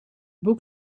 boek